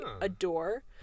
adore